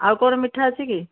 ଆଉ କଣ ମିଠା ଅଛି କି